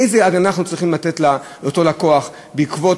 איזו הגנה אנחנו צריכים לתת לאותו לקוח בעקבות